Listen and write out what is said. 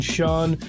Sean